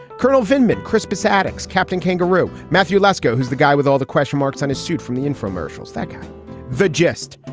colonel venkman, crispus attucks, captain kangaroo. matthew lascaux, who's the guy with all the question marks on his suit from the infomercials that got the gist.